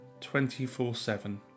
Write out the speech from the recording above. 24-7